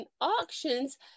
auctions